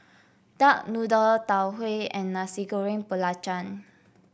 Duck Noodle Tau Huay and Nasi Goreng Belacan